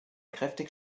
kräftig